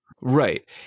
right